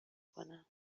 کنم